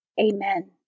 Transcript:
Amen